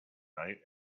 night